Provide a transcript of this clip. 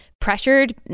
pressured